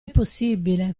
possibile